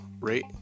rate